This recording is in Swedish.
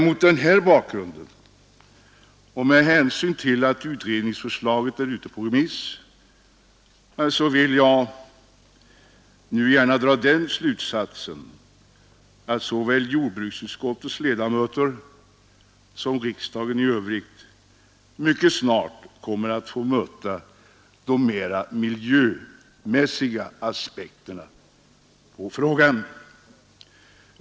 Mot denna bakgrund och med hänsyn till att utredningsförslaget är ute på remiss vill jag nu dra den slutsatsen att såväl jordbruksutskottets ledamöter som riksdagen i övrigt mycket snart kommer att få möta de mera miljömässiga aspekterna på frågan.